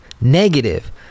Negative